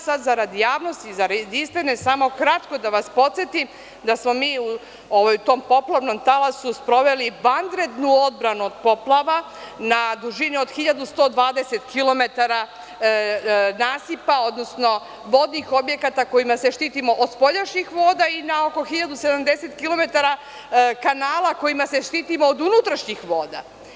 Sada, zarad javnosti i zarad istine, samo kratko da vas podsetim da smo mi u tom poplavnom talasu sproveli vanrednu odbranu od poplava na dužini od 1.120 kilometara nasipa, odnosno vodnih objekata kojima se štitimo od spoljašnih voda i na oko 1.070 kilometara kanala kojima se štitimo od unutrašnjih voda.